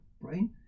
brain